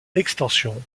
extension